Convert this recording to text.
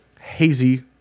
Hazy